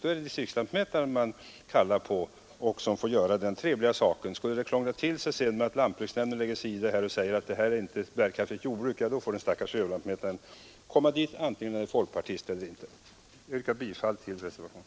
Då är det distriktslantmätaren man kallar på, och han får göra detta trevliga arbete. Skulle det sedan krångla till sig så att lantbruksnämnden lägger sig i det och säger att detta inte är ett bärkraftigt jordbruk, då får den stackars överlantmätaren komma dit, vare sig han är folkpartist eller inte. Jag yrkar bifall till reservationen.